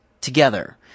together